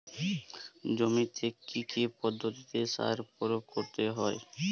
জমিতে কী কী পদ্ধতিতে সার প্রয়োগ করতে হয়?